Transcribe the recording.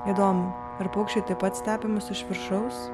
įdomu ar paukščiai taip pat stebi mus iš viršaus